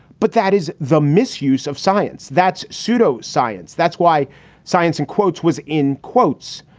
but that is the misuse of science. that's pseudo science. that's why science in quotes was in quotes.